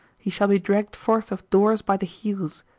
he shall be dragged forth of doors by the heels,